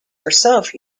herself